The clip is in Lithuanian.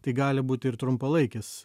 tai gali būti ir trumpalaikis